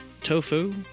Tofu